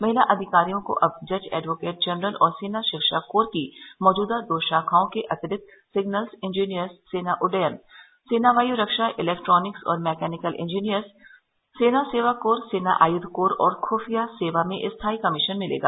महिला अधिकारियों को अब जज एडवोकेट जनरल और सेना शिक्षा कोर की मौजूदा दो शाखाओं के अतिरिक्त सिग्नल्स इंजीनियर्स सेना उड्डयन सेना वाय रक्षा इलेक्ट्रॉनिक्स और मैकेनिकल इंजीनियर्स सेना सेवा कोर सेना आयुध कोर और खुफिया सेवा में स्थायी कमीशन मिलेगा